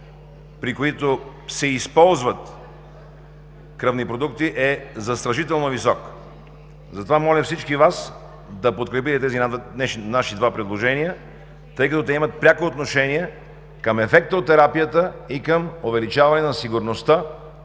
при които се използват кръвни продукти, е застрашително висок. Затова моля всички Вас да подкрепите тези две наши предложения, тъй като те имат пряко отношение към ефекта от терапията и към увеличаване на сигурността